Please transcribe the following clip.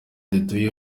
dutuye